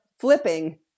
flipping